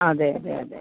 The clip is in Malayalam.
അതെ അതെ അതെ